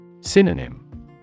Synonym